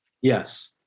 Yes